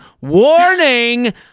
warning